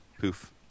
poof